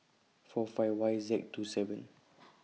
four five Y Z two seven